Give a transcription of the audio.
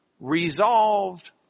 resolved